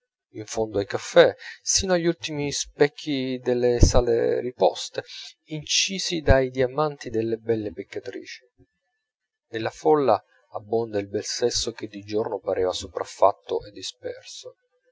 in fondo ai caffè sino agli ultimi specchi delle sale riposte incisi dai diamanti delle belle peccatrici nella folla abbonda il bel sesso che di giorno pareva sopraffatto e disperso